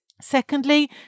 Secondly